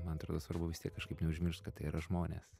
man atrodo svarbu vis tiek kažkaip neužmiršt kad tai yra žmonės